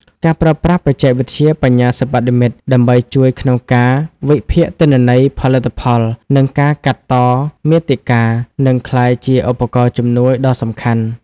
ការប្រើប្រាស់បច្ចេកវិទ្យាបញ្ញាសិប្បនិម្មិត ដើម្បីជួយក្នុងការវិភាគទិន្នន័យផលិតផល និងការកាត់តមាតិកា នឹងក្លាយជាឧបករណ៍ជំនួយដ៏សំខាន់។